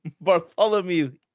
bartholomew